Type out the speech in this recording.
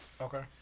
Okay